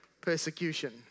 persecution